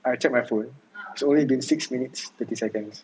I check my phone it's only been six minutes thirty seconds